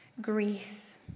grief